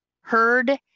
heard